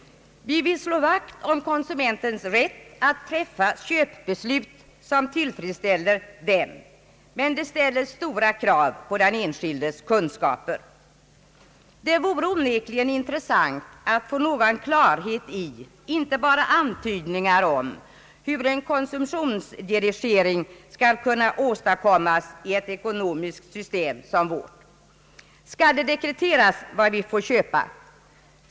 Vi vill slå vakt om konsumenternas rätt att träffa köpbeslut som tillfredsställer dem. Men det ställer stora krav på den enskildes kunskaper. Det vore onekligen intressant att få någon klarhet i — inte bara antydningar om — hur en konsumtionsdirigering skall kunna åstadkommas i ett ekonomiskt system som vårt. Skall det dekreteras vad vi får köpa?